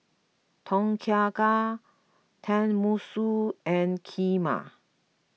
Tom Kha Gai Tenmusu and Kheema